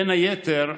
בין היתר,